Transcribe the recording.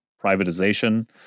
privatization